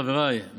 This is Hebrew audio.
חבריי,